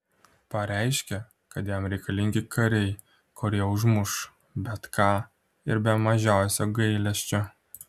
pareiškė kad jam reikalingi kariai kurie užmuš bet ką ir be mažiausio gailesčio